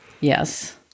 yes